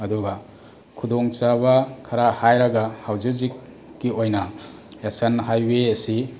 ꯑꯗꯨꯒ ꯈꯨꯗꯣꯡ ꯆꯥꯕ ꯈꯔ ꯍꯥꯏꯔꯒ ꯍꯧꯖꯤꯛ ꯍꯧꯖꯤꯛꯀꯤ ꯑꯣꯏꯅ ꯅꯦꯁꯟ ꯍꯥꯏꯋꯦ ꯑꯁꯤ